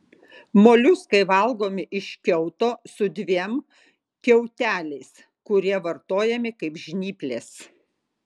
moliuskai valgomi iš kiauto su dviem kiauteliais kurie vartojami kaip žnyplės